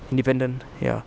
independent ya